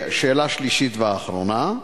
שאלה שלישית ואחרונה: